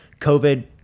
COVID